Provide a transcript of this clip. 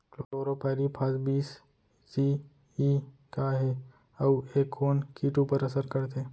Chlorpyrifos बीस CE का हे अऊ ए कोन किट ऊपर असर करथे?